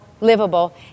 livable